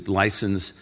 license